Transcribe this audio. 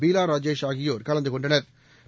பீலா ராஜேஷ் ஆகியோா் கலந்து கொண்டனா்